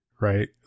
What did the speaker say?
right